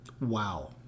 Wow